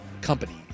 companies